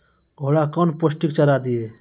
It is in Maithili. घोड़ा कौन पोस्टिक चारा दिए?